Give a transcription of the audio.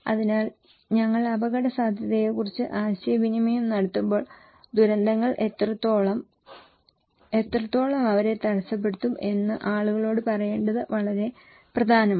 അതിനാൽ ഞങ്ങൾ അപകടസാധ്യതയെക്കുറിച്ച് ആശയവിനിമയം നടത്തുമ്പോൾ ദുരന്തങ്ങൾ എത്രത്തോളം എത്രത്തോളം അവരെ തടസ്സപ്പെടുത്തും എന്ന് ആളുകളോട് പറയേണ്ടത് വളരെ പ്രധാനമാണ്